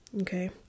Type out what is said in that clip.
okay